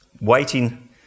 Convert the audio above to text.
waiting